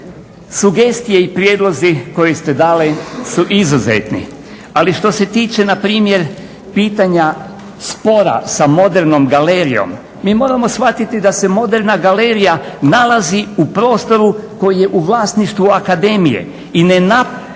Sugestije i prijedlozi koje ste dali su izuzetni, ali što se tiče npr. pitanja spora s Modernom galerijom, mi moramo shvatiti da se Moderna galerija nalazi u prostoru koji je u vlasništvu akademije